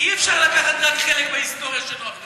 אי-אפשר לקחת רק את החלק מההיסטוריה שנוח לך.